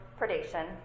predation